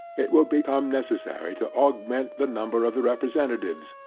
it will become necessary to augment the number of the representatives,